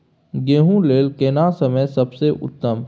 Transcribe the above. गेहूँ लेल केना समय सबसे उत्तम?